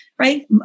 Right